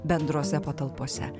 bendrose patalpose